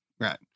Right